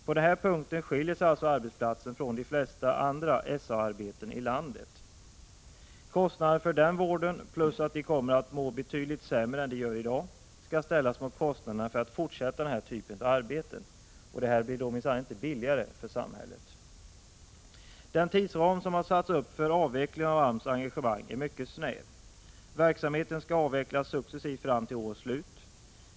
På den här punkten skiljer sig alltså arbetsplatsen från de flesta SA-arbetsplatser i landet. Kostnaderna för den vården, plus det faktum att de där kommer att må sämre än de gör i dag, skall ställas mot kostnaderna för att fortsätta den här typen av arbeten. Det blir minsann inte billigare för samhället. Den tidsram som har satts upp för avvecklingen av AMS engagemang är mycket snäv. Verksamheten skall avvecklas successivt fram till årets slut.